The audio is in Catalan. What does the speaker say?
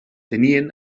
tenien